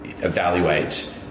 Evaluate